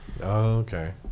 okay